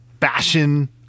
fashion